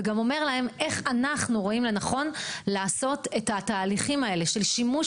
וגם אומרים להם איך אנחנו רואים לנכון לעשות את התהליכים האלה של שימוש